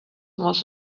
was